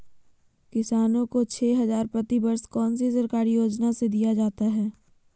किसानों को छे हज़ार प्रति वर्ष कौन सी सरकारी योजना से दिया जाता है?